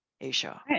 asia